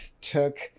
took